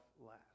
last